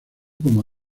como